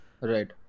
right